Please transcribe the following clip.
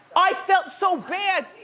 i felt so bad.